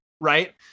right